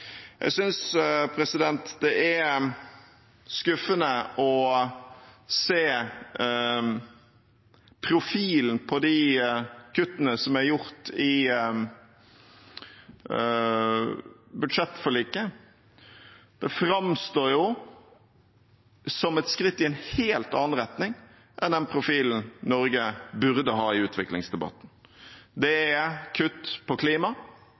Jeg synes det er skuffende å se profilen på de kuttene som er gjort i budsjettforliket. Det framstår som et skritt i en helt annen retning enn den profilen Norge burde ha i utviklingsdebatten. Det er kutt på klima,